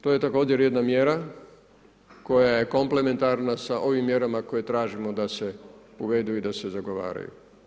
To je također jedna mjera koja je komplementarna sa ovim mjerama koje tražimo da se uvedu i da se zagovaraju.